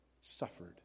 suffered